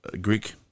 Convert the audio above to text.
Greek